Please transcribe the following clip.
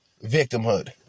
victimhood